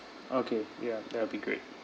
okay ya that will be great